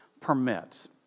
permits